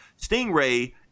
Stingray